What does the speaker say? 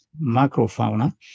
macrofauna